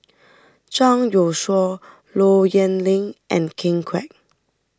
Zhang Youshuo Low Yen Ling and Ken Kwek